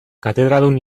katedradun